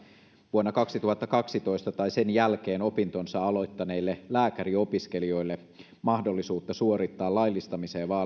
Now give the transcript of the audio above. vuonna kaksituhattakaksitoista tai sen jälkeen opintonsa aloittaneille lääkäriopiskelijoille mahdollisuutta suorittaa laillistamiseen